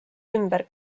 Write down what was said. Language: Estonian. ümber